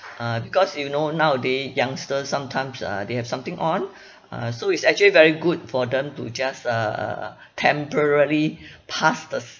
uh because you know nowaday youngsters sometimes uh they have something on uh so it's actually very good for them to just uh uh uh temporary pass the